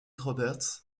roberts